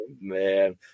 man